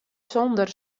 sonder